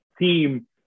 team